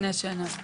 לפני שנה.